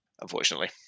unfortunately